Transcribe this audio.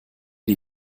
die